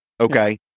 Okay